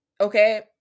okay